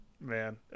man